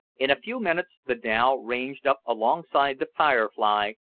in a few minutes the dhow ranged up alongside the firefly,